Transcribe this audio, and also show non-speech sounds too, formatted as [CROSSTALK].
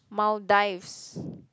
Maldives [BREATH]